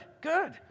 good